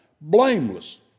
blameless